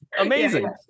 Amazing